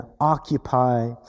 occupy